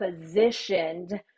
positioned